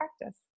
practice